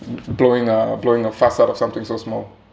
blowing a blowing a fuss out of something so small